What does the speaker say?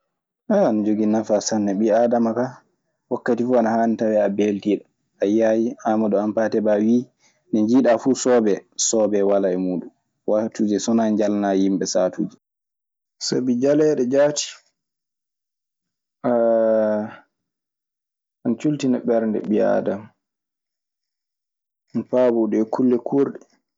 ana jogii sanne, ɓii aadama kaa waakati fuu ana haani tawee a beltiiɗo. A yi'aayi Aamadu Hampaate Baa wii Nde njiɗaa fuu soobe soobe walaa e muuɗun. So wanaa njalnaa yimɓe saatuuji. Sabi jaleeɗe jaati ana cuultina ɓernde ɓii aadama, ana paaboo du e kulle kuurɗe.